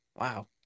Wow